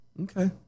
Okay